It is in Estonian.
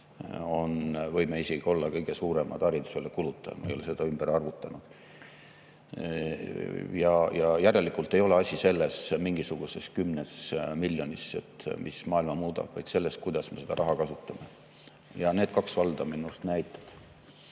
võime isegi olla kõige suuremad haridusele kulutajad. Ma ei ole seda ümber arvutanud. Ja järelikult ei ole asi selles mingisuguses 10 miljonis, mis maailma muudab, vaid selles, kuidas me seda raha kasutame. Ja need kaks valda on näiteks.